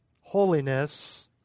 holiness